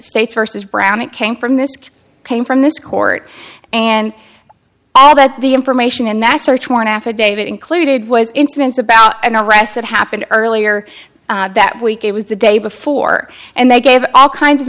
states versus brown it came from this case came from this court and that the information in that search warrant affidavit included was incidents about and the rest that happened earlier that week it was the day before and they gave all kinds of